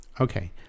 Okay